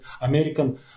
American